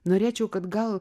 norėčiau kad gal